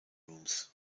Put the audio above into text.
rooms